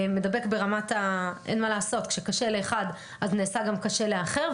מדבק ברמה שאין מה לעשות כשקשה לאחד נעשה גם קשה לאחר,